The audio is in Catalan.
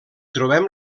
trobem